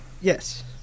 Yes